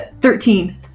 thirteen